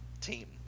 team